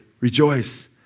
Rejoice